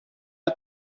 are